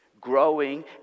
growing